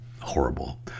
horrible